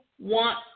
want